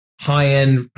high-end